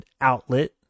outlet